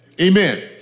Amen